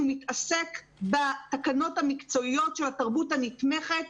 הוא מתעסק בתקנות המקצועיות של התרבות הנתמכת.